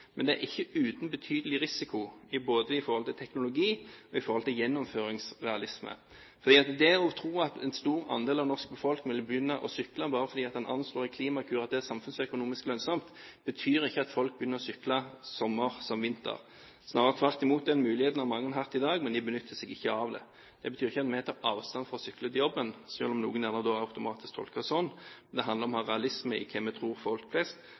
men det er ikke uten betydelig risiko, både i forhold til teknologi og i forhold til gjennomføringsrealisme. At en stor andel av det norske folk ville begynne å sykle bare fordi en anslår i Klimakur at det er samfunnsøkonomisk lønnsomt, betyr ikke at folk begynner å sykle sommer som vinter. Snarere tvert imot – den muligheten har mange hatt i dag, men de benytter seg ikke av det. Det betyr ikke at vi tar avstand fra å sykle til jobben, selv om noen gjerne automatisk tolker det slik. Det handler om å ha realisme i hva vi tror folk flest